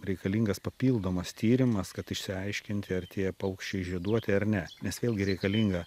reikalingas papildomas tyrimas kad išsiaiškinti ar tie paukščiai žieduoti ar ne nes vėlgi reikalinga